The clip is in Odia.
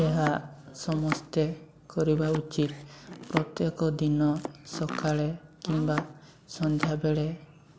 ଏହା ସମସ୍ତେ କରିବା ଉଚିତ୍ ପ୍ରତ୍ୟେକ ଦିନ ସକାଳେ କିମ୍ବା ସନ୍ଧ୍ୟାବେଳେ